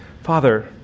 Father